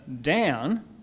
down